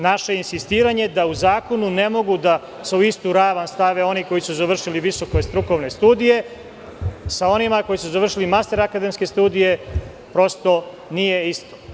Naše insistiranje da u zakonu ne mogu da se u istu ravan stave oni koji su završili visoke strukovne studije sa onima koji su završili master akademske studije, prosto, nije isto.